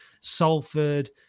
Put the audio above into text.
Salford